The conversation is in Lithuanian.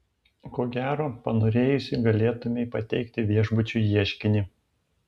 ko gero panorėjusi galėtumei pateikti viešbučiui ieškinį